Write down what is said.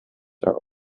are